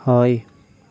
হয়